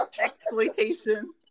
exploitation